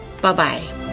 Bye-bye